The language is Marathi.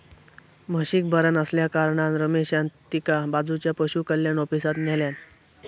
म्हशीक बरा नसल्याकारणान रमेशान तिका बाजूच्या पशुकल्याण ऑफिसात न्हेल्यान